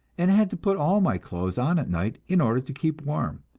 and had to put all my clothes on at night in order to keep warm,